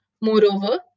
Moreover